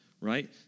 right